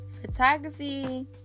Photography